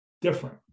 different